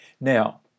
Now